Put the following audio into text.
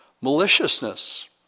maliciousness